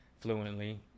fluently